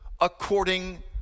according